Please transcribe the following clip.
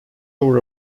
over